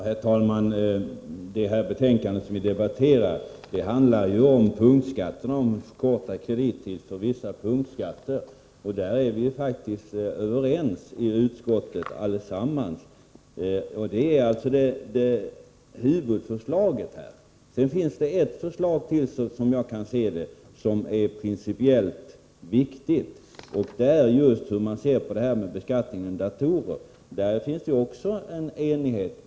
Herr talman! Det betänkande som vi nu debatterar handlar ju om förkortad kredittid när det gäller vissa punktskatter. Där är vi faktiskt alla i utskottet överens. Detta är alltså huvudförslaget här. Sedan finns det ett förslag till, såvitt jag kan finna, som är principiellt viktigt. Det gäller just beskattningen av datorer. I det fallet finns också en enighet.